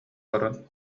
баран